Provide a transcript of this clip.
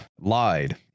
lied